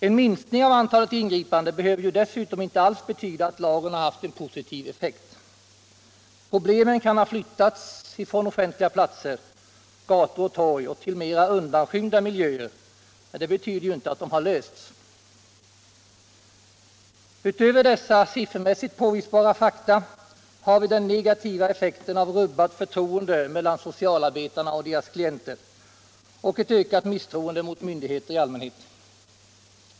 En minskning av antalet ingripanden behöver dessutom inte alls betyda att lagen haft en positiv effekt. Problemen kan ha flyttats från offentliga platser, gator och torg, till mera undanskymda miljöer, men det betyder ju inte att de har lösts. Utöver dessa siffermässigt påvisbara fakta har vi den negativa effekten av rubbat förtroende mellan socialarbetarna och deras klienter och ett ökat misstroende mot myndigheter I allmänhet.